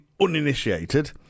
uninitiated